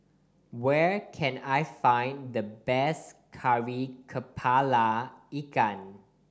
where can I find the best Kari Kepala Ikan